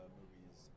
movies